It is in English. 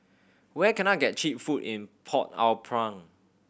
where can I get cheap food in Port Au Prince